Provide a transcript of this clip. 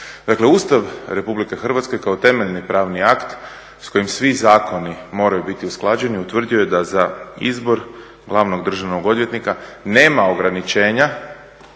Ustav Republike Hrvatske kao temeljni pravni akt s kojim svi zakoni moraju biti usklađeni utvrdio je da za izbor glavnog državnog odvjetnika nema ograničenja